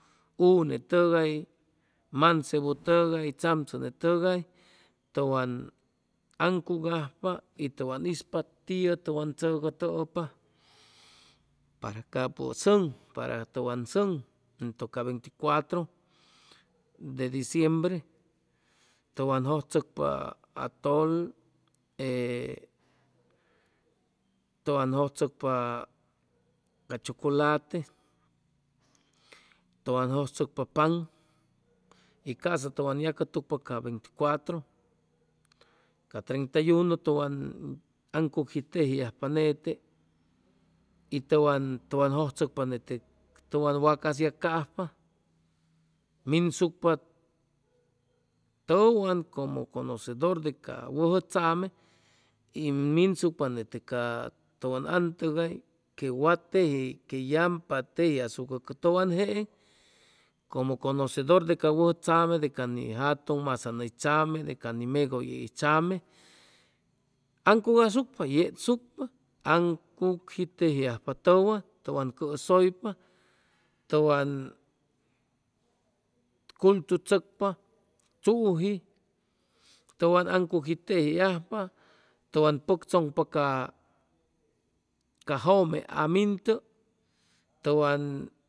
Unetʉgay, mansebutʉgay, tzamchʉne tʉgay, tʉwan aŋcugajpa y tʉwan ispa tiʉ tʉwan tzʉcʉtʉpa para capʉ sʉŋ para tʉwan sʉŋ entʉ ca venticuatero de diciembre tʉwan jʉjchʉcpa atol ee tʉwan jʉjchʉcpa ca chuculate, tʉwan jʉjchʉcpa pan y ca'sa tʉwan yacʉtucpa da venticuatro, ca treinta y uno tʉwan aŋcugji tejiajpa nete y tʉwan tʉwan jʉjchʉcpa nete tʉwan wacas yacajpa minsucpa tʉwan como conocedor de ca wʉjʉ tzame y minsucpa nete ca tʉwan an tʉgay que wa teji que yampa tejiasucʉ tʉwan jeeŋ como conocedor de ca wʉjʉ tzame de ca ni jtʉŋ masaŋ hʉy tzame de ca ni megʉye hʉy tzame aŋcugasucpa, yechsucpa aŋciugji tejiajpa tʉwan tʉwan cʉsʉypa, tʉwan cultu chʉcpa tzuji tʉwan aŋcugji tejiajpa tʉwan pʉctzʉmpa ca jʉme amintʉ, tʉwan